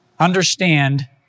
Understand